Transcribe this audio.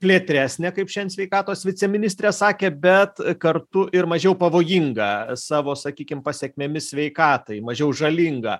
plėtresnė kaip šiandien sveikatos viceministrė sakė bet kartu ir mažiau pavojinga savo sakykim pasekmėmis sveikatai mažiau žalinga